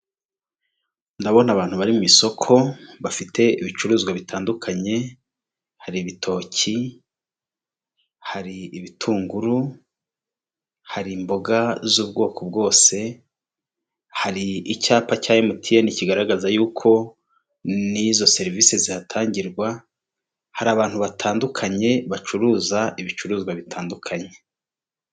Ndabona abantu bari mu isoko bafite ibicuruzwa bitandukanye hari ibitoki, hari ibitunguru, hari imboga z'ubwoko bwose, hari icyapa cya emutiyeni kigaragaza yuko n'izo serivisi zihatangirwa, hari abantu batandukanye bacuruza ibicuruzwa bitandukanye.